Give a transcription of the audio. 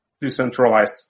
decentralized